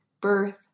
birth